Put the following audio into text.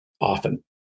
often